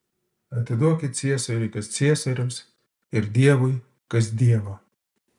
atiduokit ciesoriui kas ciesoriaus ir dievui kas dievo